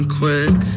quick